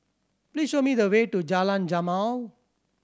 please show me the way to Jalan Jamal